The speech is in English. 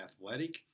athletic